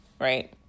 right